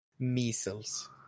Measles